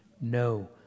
no